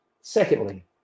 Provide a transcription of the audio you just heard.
Secondly